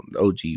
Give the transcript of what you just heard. OG